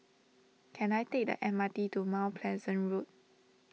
can I take the M R T to Mount Pleasant Road